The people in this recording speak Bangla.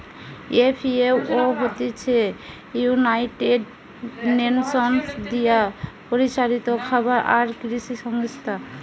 এফ.এ.ও হতিছে ইউনাইটেড নেশনস দিয়া পরিচালিত খাবার আর কৃষি সংস্থা